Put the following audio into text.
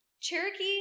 Cherokee